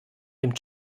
dem